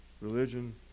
religion